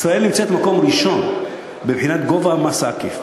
ישראל נמצאת במקום הראשון מבחינת גובה המס העקיף.